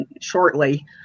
shortly